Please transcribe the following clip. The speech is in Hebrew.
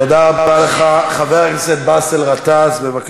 אנחנו לא היינו